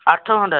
ଆଠ ଘଣ୍ଟା